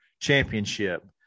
Championship